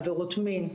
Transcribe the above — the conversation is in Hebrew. עבירות מין,